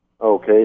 Okay